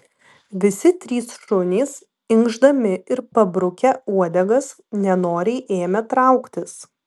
visi trys šunys inkšdami ir pabrukę uodegas nenoriai ėmė trauktis